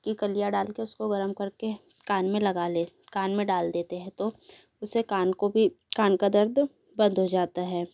की कलिया डाल कर उसको गर्म कर के कान में लगा लेँ कान में डाल देते हैं तो उससे कान को भी कान का दर्द बंद हो जाता है